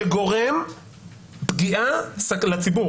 שגורם פגיעה לציבור